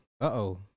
Uh-oh